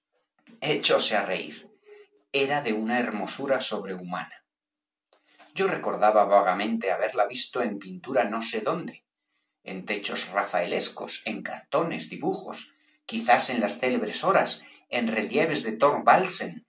echóse á reir era de una hermosura sobrehumana yo recordaba vagamente haberla visto en pintura no sé dónde en techos rafaelescos en cartones dibujos quizás en las célebres horas en relieves de